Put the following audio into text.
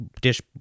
dish